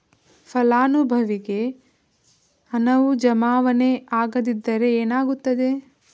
ಫಲಾನುಭವಿಗೆ ಹಣವು ಜಮಾವಣೆ ಆಗದಿದ್ದರೆ ಏನಾಗುತ್ತದೆ?